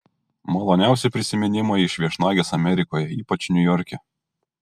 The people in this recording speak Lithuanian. maloniausi prisiminimai iš viešnagės amerikoje ypač niujorke